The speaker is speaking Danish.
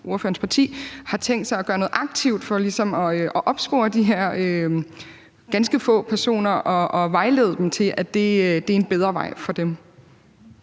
ordførerens parti har tænkt sig at gøre noget aktivt for ligesom at opspore de her ganske få personer og vejlede dem om, at det er en bedre vej for dem.